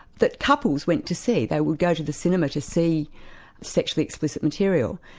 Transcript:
that couples went to see they would go to the cinema to see sexually explicit material,